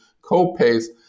co-pays